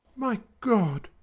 my god,